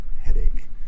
headache